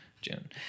June